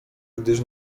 gdyż